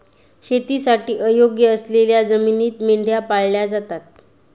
शेतीसाठी अयोग्य असलेल्या जमिनीत मेंढ्या पाळल्या जातात